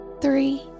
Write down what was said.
three